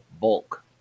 Bulk